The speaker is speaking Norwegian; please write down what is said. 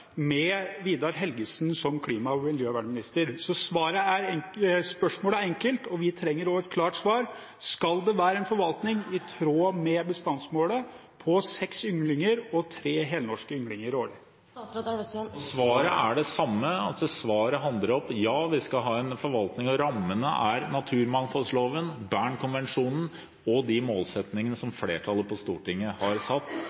med Vidar Helgesen som klima- og miljøminister. Spørsmålet er enkelt, og vi trenger et klart svar: Skal det være forvaltning i tråd med bestandsmålet på seks ynglinger og tre helnorske ynglinger årlig? Svaret er det samme: Ja, vi skal ha en forvaltning. Rammene er naturmangfoldloven, Bernkonvensjonen og de målsettingene som flertallet på Stortinget har satt.